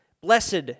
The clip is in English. Blessed